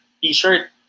t-shirt